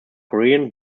korean